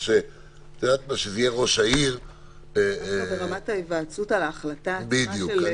יש פה ברמת ההיוועצות על ההחלטה עצמה.